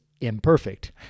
imperfect